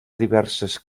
diverses